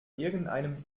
irgendeinem